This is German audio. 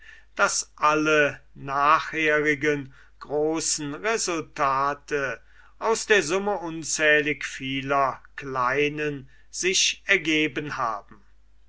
daß alle nachherigen großen resultate aus der summe unzählig vieler kleinen sich ergeben haben